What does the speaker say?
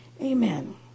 Amen